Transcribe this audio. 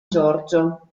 giorgio